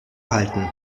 halten